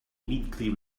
immediately